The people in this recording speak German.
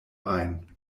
ein